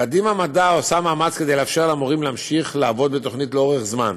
קדימה מדע עושה מאמץ לאפשר למורים להמשיך לעבוד בתוכנית לאורך זמן,